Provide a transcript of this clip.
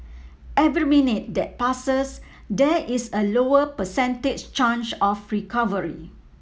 every minute that passes there is a lower percentage chance of recovery